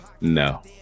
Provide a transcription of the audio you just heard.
No